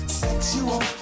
sexual